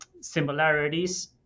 similarities